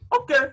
Okay